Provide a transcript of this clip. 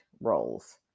roles